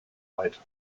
weit